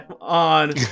on